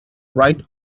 right